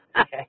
okay